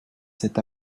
cet